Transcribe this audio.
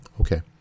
Okay